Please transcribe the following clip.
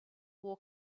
war